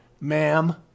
ma'am